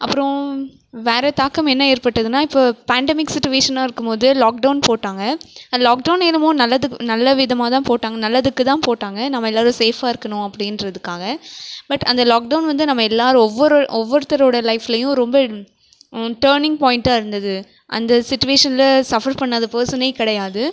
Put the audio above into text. அப்புறம் வேறு தாக்கம் என்ன ஏற்பட்டுதுன்னால் இப்போ பாண்டமிக் சுச்சிவேஷனாக இருக்கும் போது லாக் டௌன் போட்டாங்க லாக் டௌன் என்னமோ நல்லது நல்ல விதமாக தான் போட்டாங்க நல்லதுக்கு தான் போட்டாங்க நம்ம எல்லாேரும் சேஃப்பாக இருக்கணும் அப்படின்றத்துக்காக பட் அந்த லாக் டௌன் வந்து நம்ம எல்லாேரும் ஒவ்வொரு ஒவ்வொருத்தரோட லைஃப்லேயும் ரொம்ப டேர்னிங் பாயிண்ட்டாக இருந்தது அந்த சுச்சிவேஷனில் சப்ஃபர் பண்ணாத பெர்சனே கிடையாது